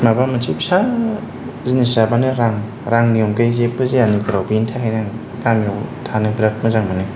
माबा मोनसे फिसा जिनिस जाबानो रां रांनि अनगायै जेबो जाया नोगोराव बेनि थाखायनो आं गामियाव थानो बिराद मोजां मोनो